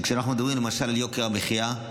כשאנחנו מדברים למשל על יוקר המחיה,